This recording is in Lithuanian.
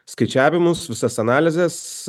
skaičiavimus visas analizes